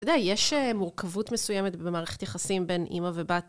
אתה יודע, יש מורכבות מסוימת במערכת יחסים בין אימא ובת.